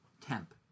Temp